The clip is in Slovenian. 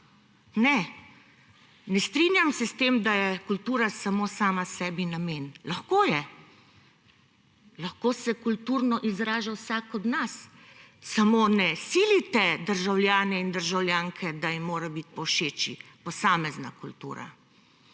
Ne, ne strinjam se s tem, da je kultura samo sama sebi namen. Lahko je, lahko se kulturno izraža vsak od nas, samo ne silite državljanov in državljank, da jim mora biti povšeči posamezna kultura.